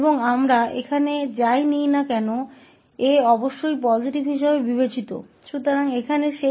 और हम यहां जो कुछ भी लेते हैं a निश्चित रूप से सकारात्मक माना जाता है